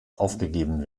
aufgegeben